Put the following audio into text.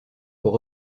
pour